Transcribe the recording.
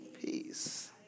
peace